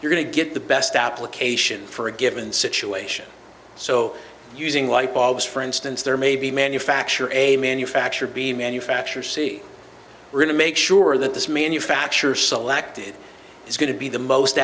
going to get the best application for a given situation so using light bulbs for instance there may be manufacturer a manufacturer be manufacturer see really make sure that this manufacturer selected is going to be the most